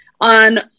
on